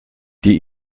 die